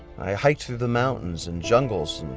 i hiked through the mountains and jungles,